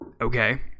okay